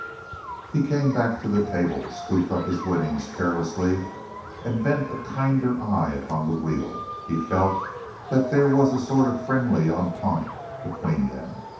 he came back to the table, scooped up his winnings carelessly and bent a kinder eye upon the wheel. he felt that there was a sort of friendly entente between them.